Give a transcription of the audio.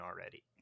already